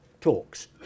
talks